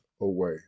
away